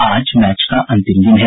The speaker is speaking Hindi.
आज मैच का अंतिम दिन है